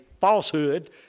falsehood